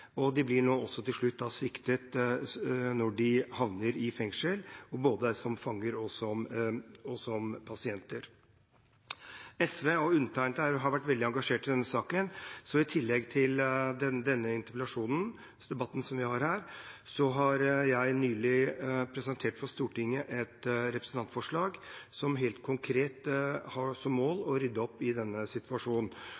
og de blir nå til slutt også sviktet når de havner i fengsel – både som fanger og som pasienter. SV og undertegnede har vært veldig engasjert i denne saken, så i tillegg til interpellasjonsdebatten vi har her, har jeg nylig presentert for Stortinget et representantforslag som helt konkret har som